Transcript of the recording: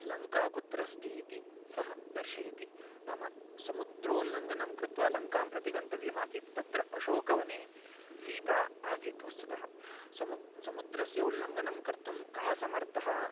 लङ्का कुत्र अस्ति इति सः दर्शयति नाम समुद्रोल्लङ्घनं कृत्वा लङ्कां प्रति गन्तव्यम् आसीत् तत्र अशोकवने सीता आसीत् वस्तुतः समु समुद्रस्य उल्लङ्घनं कर्तुं कः समर्थः